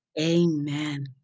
Amen